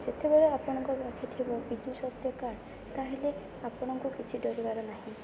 ଯେତେବେଳେ ଆପଣଙ୍କ ରଖିଥିବ ବିଜୁ ସ୍ୱାସ୍ଥ କାର୍ଡ଼୍ ତାହାଲେ ଆପଣଙ୍କୁ କିଛି ଡରିବାର ନାହିଁ